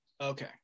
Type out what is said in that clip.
Okay